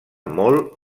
molt